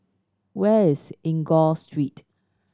where is Enggor Street